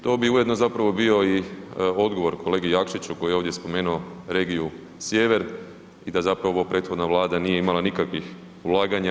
To bi ujedno zapravo bio i odgovor kolegi Jakšiću koji je ovdje spomenuo regiju sjever i da zapravo prethodna Vlada nije imala nikakvih ulaganja.